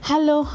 Hello